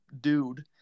dude